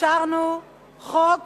אישרנו חוק